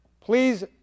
please